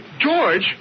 George